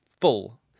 full